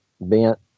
bent